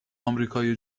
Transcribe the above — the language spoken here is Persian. آمریکای